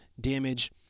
damage